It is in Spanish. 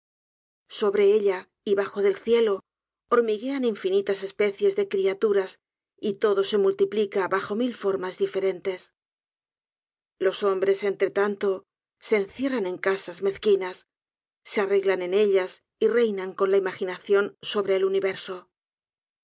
sobre ella y bajo del cielo hormiguean infinitas especies de criaturas y todo se multiplica bajo mil formas diferentes los hombres entretanto se encierran en casas mezquinas s e arreglan en ellas y reinan con la imaginación sobre el universo